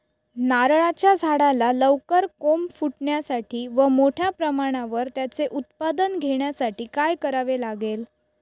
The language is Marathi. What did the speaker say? नारळाच्या झाडाला लवकर कोंब फुटण्यासाठी व मोठ्या प्रमाणावर त्याचे उत्पादन घेण्यासाठी काय करावे लागेल?